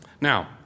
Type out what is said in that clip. Now